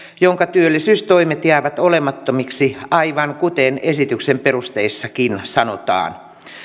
jonka työllisyystoimet jäävät olemattomiksi aivan kuten esityksen perusteissakin sanotaan